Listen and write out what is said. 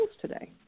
today